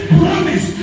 promise